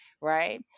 right